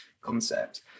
concept